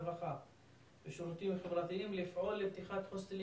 הרווחה והשירותים החברתיים לפעול לפתיחת הוסטלים